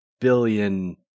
billion